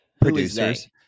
producers